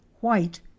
white